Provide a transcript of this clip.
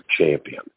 champion